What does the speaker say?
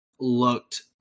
looked